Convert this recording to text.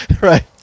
right